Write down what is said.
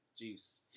juice